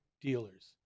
dealers